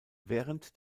während